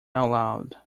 aloud